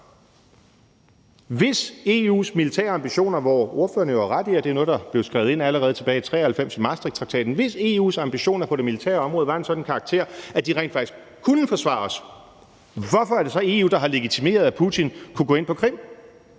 Hvis EU's militære ambitioner, hvor ordføreren jo har ret i, at det er noget, der blev skrevet ind allerede tilbage i 1993 i Maastrichttraktaten, var af en sådan karakter, at de rent faktisk kunne forsvare os, hvorfor er det så EU, der har legitimeret, at Putin kunne gå ind på Krim?